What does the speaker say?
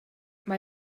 mae